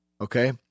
Okay